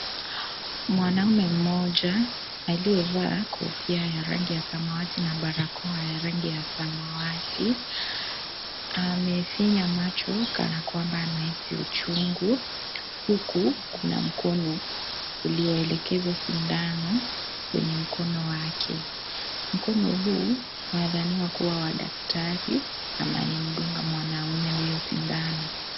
Mwanamume mmoja aliyevaa kofia ya rangi ya samawati na barakoa ya rangi ya samawati. Amefinya macho kana kwamba anahisi uchungu. Huku kuna mkono ulioelekeza sindano kwenye mkono wake. Mkono huu unadhaniwa kuwa wa daktari, anayemdunga mwanamume huyo sindano.